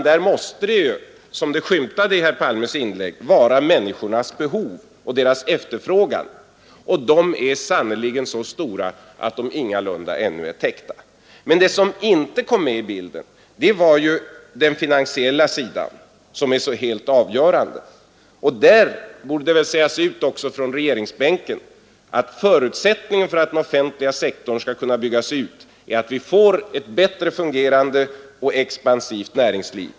Där måste, såsom skymtade i herr Palmes inlägg, människornas behov och efterfrågan vara avgörande, och de är sannerligen så stora att de ingalunda ännu är täckta. Men det som inte kom med i bilden var den finansiella sidan, som är så helt avgörande. Där borde det sägas ut från regeringsbänken att förutsättningen för att den offentliga sektorn skall kunna byggas ut är att vi får ett bättre fungerande och expansivt näringsliv.